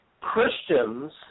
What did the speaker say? Christians